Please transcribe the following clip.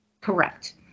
Correct